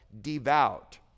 devout